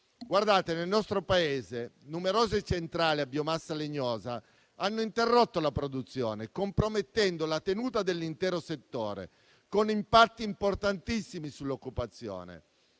Nel nostro Paese numerose centrali a biomassa legnosa hanno interrotto la produzione, compromettendo la tenuta dell'intero settore con impatti importantissimi sull'occupazione.